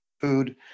food